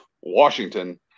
Washington